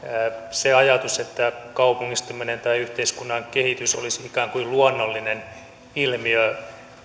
se ajatus että kaupungistuminen tai yhteiskunnan kehitys olisi ikään kuin luonnollinen ilmiö